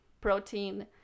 protein